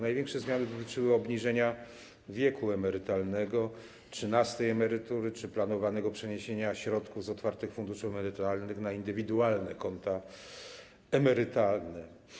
Największe zmiany dotyczyły obniżenia wieku emerytalnego, trzynastej emerytury czy planowanego przeniesienia środków z otwartych funduszy emerytalnych na indywidualne konta emerytalne.